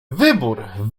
wybór